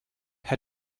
had